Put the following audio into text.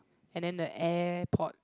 and then the airport